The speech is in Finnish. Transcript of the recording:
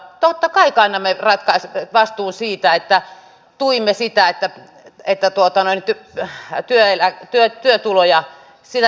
totta kai kannamme vastuun siitä että tuimme sitä että työtuloverotusta kevennetään